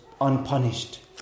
unpunished